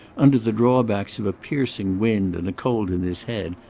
under the drawbacks of a piercing wind and a cold in his head,